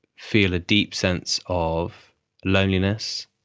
feel a deep sense of loneliness,